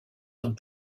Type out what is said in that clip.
dans